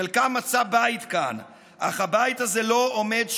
חלקם מצאו כאן בית, אך הבית הזה לא עומד שלם,